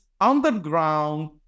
underground